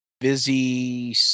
busy